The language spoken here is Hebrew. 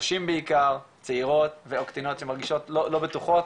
נשים בעיקר צעירות ו/או קטינות שמרגישות לא בטוחות